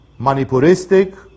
manipuristic